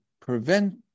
prevent